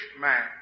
man